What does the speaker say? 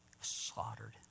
slaughtered